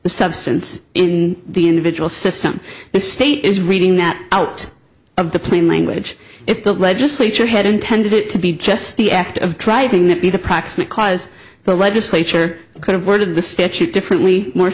the substance in the individual system the state is reading that out of the plain language if the legislature had intended it to be just the act of driving that be the proximate cause the legislature could have worded the statute differently more